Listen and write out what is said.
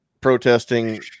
protesting